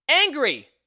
angry